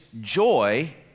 joy